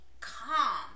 Calm